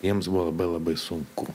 jiems buvo labai labai sunku